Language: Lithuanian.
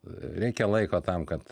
reikia laiko tam kad